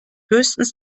höchstens